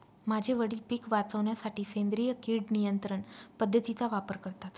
माझे वडील पिक वाचवण्यासाठी सेंद्रिय किड नियंत्रण पद्धतीचा वापर करतात